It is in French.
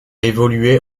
évolué